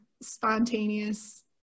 spontaneous